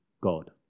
God